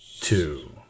two